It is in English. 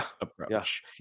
approach